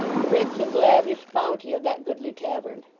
the rich and lavish bounty, of that goodly tavern!